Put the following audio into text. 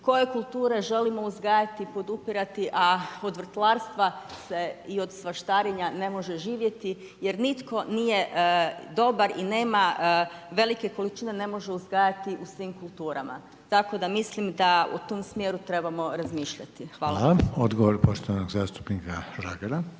koje kulture želimo uzgajati, podupirati, a kod vrtlarstva i od svaštarenja ne može živjeti jer nitko nije dobar i nema velike količine, ne može uzgajati u svim kulturama. Tako da mislim da u tom smjeru trebamo razmišljati. Hvala. **Reiner, Željko (HDZ)** Hvala.